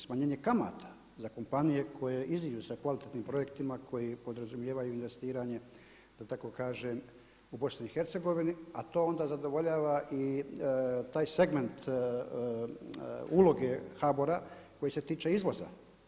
Smanjenje kamate za kompanije koje iziđu sa kvalitetnim projektima koji podrazumijevaju investiranje da tako kažem u BIH a to onda zadovoljava i taj segment uloge HBOR-a koji se tiče izvoza.